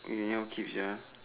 you anyhow keep ya